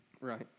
Right